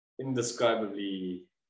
indescribably